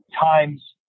times